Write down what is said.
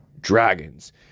dragons